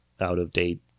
out-of-date